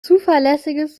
zuverlässiges